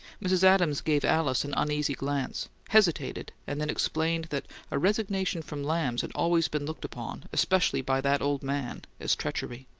mrs. adams gave alice an uneasy glance, hesitated, and then explained that a resignation from lamb's had always been looked upon, especially by that old man, as treachery.